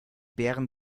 beeren